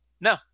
no